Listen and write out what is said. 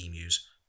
emus